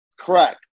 Correct